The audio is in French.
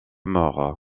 mort